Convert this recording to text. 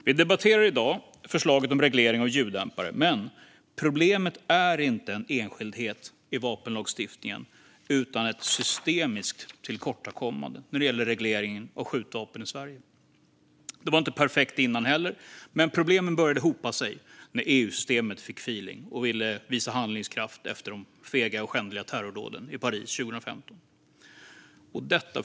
Vi debatterar i dag förslaget om reglering av ljuddämpare. Men problemet är inte en enskildhet i vapenlagstiftningen utan ett systemiskt tillkortakommande när det gäller regleringen av skjutvapen i Sverige. Det var inte perfekt tidigare, men problemen började hopa sig när EU-systemet fick feeling och ville visa handlingskraft efter de fega och skändliga terrordåden i Paris 2015. Fru talman!